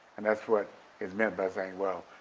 and that's what is meant by saying, well,